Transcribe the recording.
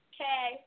Okay